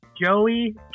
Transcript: Joey